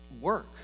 work